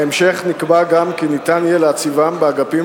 בהמשך נקבע גם כי יהיה אפשר להציבם באגפים